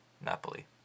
Napoli